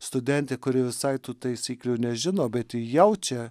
studentė kuri visai tų taisyklių nežino bet ji jaučia